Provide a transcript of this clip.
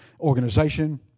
organization